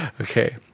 Okay